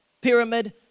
pyramid